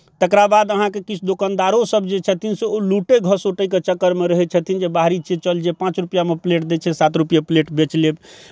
तकरा बाद अहाँके किछु दोकानदारोसब जे छथिन से ओ लुटै खसौटेके चक्करमे रहै छथिन जे बाहरी छै चल जे पाँच रुपैआमे प्लेट दै छै सात रुपैआ प्लेट बेचि लेब